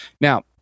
Now